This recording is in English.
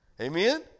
Amen